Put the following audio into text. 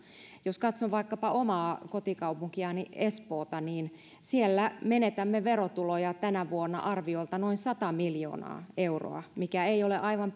jos katson vaikkapa omaa kotikaupunkiani espoota niin siellä menetämme verotuloja tänä vuonna arviolta sata miljoonaa euroa mikä ei ole aivan